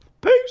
peace